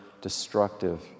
destructive